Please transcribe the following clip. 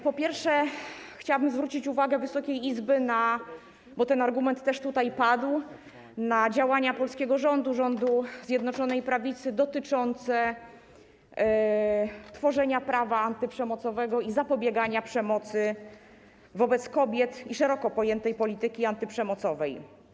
Po pierwsze, chciałabym zwrócić uwagę Wysokiej Izby - bo ten argument też tutaj padł - na działania polskiego rządu, rządu Zjednoczonej Prawicy dotyczące tworzenia prawa antyprzemocowego, zapobiegania przemocy wobec kobiet i szeroko pojętej polityki antyprzemocowej.